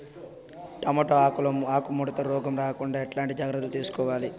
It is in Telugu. టమోటా పంట లో ఆకు ముడత రోగం రాకుండా ఎట్లాంటి జాగ్రత్తలు తీసుకోవాలి?